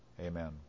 amen